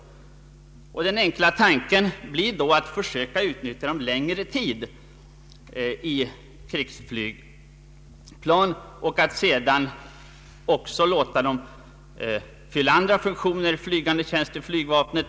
Det som ligger närmast till hands blir då att försöka utnyttja de utbildade flygförarna längre tid på krigsflygplan och att sedan också låta dem fylla andra funktioner i flygtjänst inom flygvapnet.